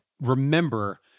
remember